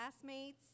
classmates